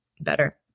better